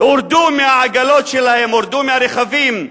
הורדו מהעגלות שלהם, הורדו מהרכבים,